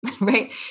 right